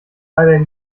leider